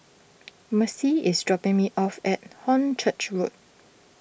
Marci is dropping me off at Hornchurch Road